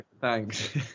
thanks